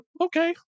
okay